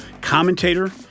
commentator